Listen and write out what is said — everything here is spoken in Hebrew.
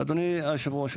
אדוני היושב-ראש,